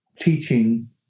teaching